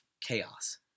chaos